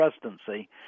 presidency